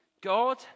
God